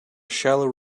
shallow